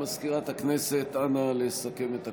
מזכירת הכנסת, נא לסכם את הקולות.